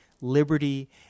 liberty